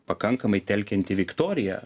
pakankamai telkianti viktorija